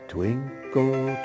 Twinkle